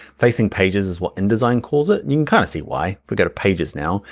facing pages is what indesign calls it. you can kinda see why. if we go to pages now,